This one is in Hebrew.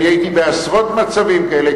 אני הייתי בעשרות מצבים כאלה,